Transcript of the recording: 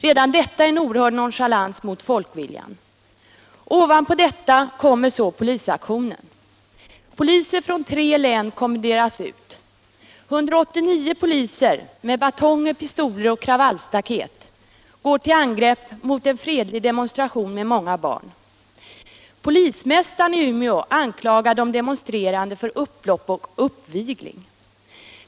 Redan detta är en oerhörd nonchalans mot folkviljan. Ovanpå detta kommer så polisaktionen. Poliser från tre län kommenderas ut. 189 poliser med batonger, pistoler och kravallstaket går till angrepp mot en fredlig demonstration med många barn. Polismästaren i Umeå anklagar de demonstrerande för upplopp och uppvigling.